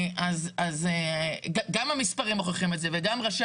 גם המספרים מוכיחים את זה וגם ראשי